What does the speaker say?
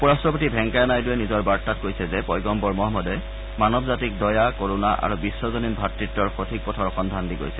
উপ ৰাট্টপতি ভেংকায়া নাইডুৱে নিজৰ বাৰ্তাত এই বুলি কৈছে যে পয়গম্বৰ মহম্মদে মানৱ জাতিক দয়া কৰুণা আৰু বিখ্জনীন ভাতৃত্বৰ সঠিক পথৰ সন্ধান দি গৈছে